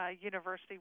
university